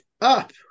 up